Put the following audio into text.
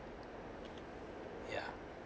ya